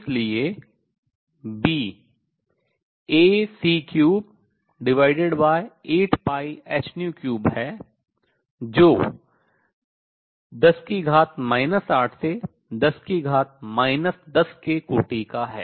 इसलिए B Ac38πh3 है जो 10 8 से 10 10 के कोटि का है